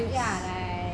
ya right